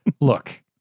look